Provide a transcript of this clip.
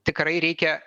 tikrai reikia